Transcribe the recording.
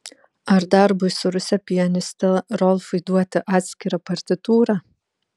ar darbui su ruse pianiste rolfui duoti atskirą partitūrą